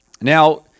Now